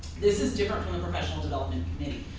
this is different than the professional development committee.